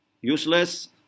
useless